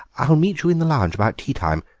i'll meet you in the lounge about tea-time.